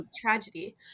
tragedy